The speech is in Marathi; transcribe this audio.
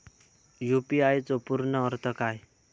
यू.पी.आय चो पूर्ण अर्थ काय?